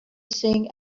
sing